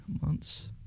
months